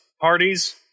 parties